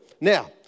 now